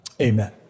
amen